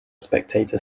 spectator